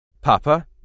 Papa